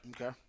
Okay